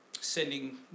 sending